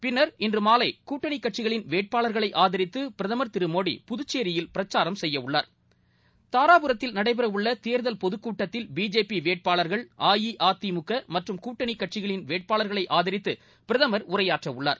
பின்னர் இன்று மாலை கூட்டணி கட்சிகளின் வேட்பாளர்களை ஆதரித்து பிரதமர் திரு மோடி புதுச்சேரியில் பிரச்சாரம் செய்ய உள்ளார் தாராபுரத்தில் நடைபெறவுள்ள தேர்தல் பொதுக்கூட்டத்தில் பிஜேபி வேட்பாளர்கள் அஇஅதிமுக மற்றும் கூட்டணி கட்சிகளின் வேட்பாளர்களை ஆதரித்து பிரதமர் உரையாற்ற உள்ளார்